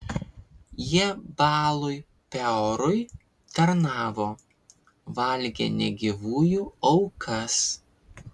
jie baalui peorui tarnavo valgė negyvųjų aukas